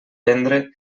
vendre